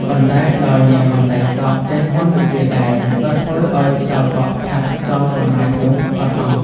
ប៉ុន្តែ ដោយ នាងរំសាយសក់ ចេះមន្តវិជ្ជាដែរ ក៏ធ្វើឱ្យខ្យល់បក់ផាត់ខ្យល់កំណាចនោះផុតអស់ ។